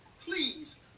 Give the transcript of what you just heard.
please